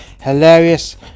Hilarious